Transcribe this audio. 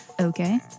okay